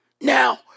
Now